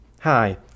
Hi